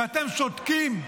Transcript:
ואתם שותקים?